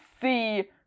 see